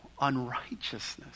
unrighteousness